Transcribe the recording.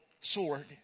sword